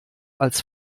als